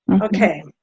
okay